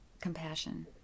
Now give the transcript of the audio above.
compassion